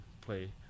play